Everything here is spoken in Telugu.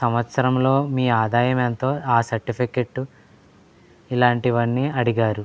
సంవత్సరంలో మీ ఆదాయం ఎంతో ఆ సర్టిఫికెటు ఇలాంటివన్నీ అడిగారు